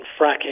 fracking